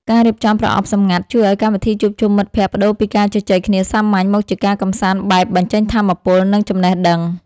ការរៀបចំប្រអប់សម្ងាត់ជួយឱ្យកម្មវិធីជួបជុំមិត្តភក្តិប្ដូរពីការជជែកគ្នាសាមញ្ញ មកជាការកម្សាន្តបែបបញ្ចេញថាមពល និងចំណេះដឹង។